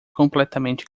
completamente